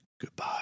Goodbye